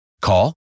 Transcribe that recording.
Call